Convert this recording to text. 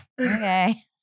Okay